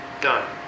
done